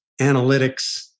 analytics